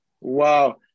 Wow